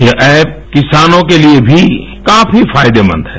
यह ऐप किसानों के लिए भी काफी फायदेमंद है